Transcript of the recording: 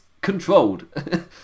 controlled